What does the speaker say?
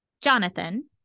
Jonathan